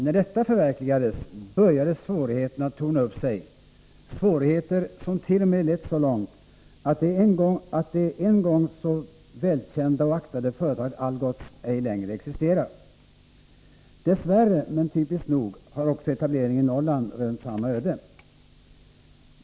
När detta förverkligades började svårigheterna torna upp sig, svårigheter som t.o.m. lett så långt att det en gång så välkända och aktade företaget Algots ej längre existerar. Dess värre, men typiskt nog, har också etableringen i Norrland rönt samma öde.